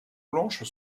blanches